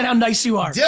and nice you are. yeah